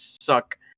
suck